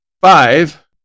five